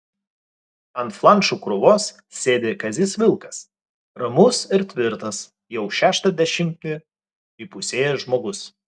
ant flanšų krūvos sėdi kazys vilkas ramus ir tvirtas jau šeštą dešimtį įpusėjęs žmogus